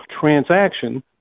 transaction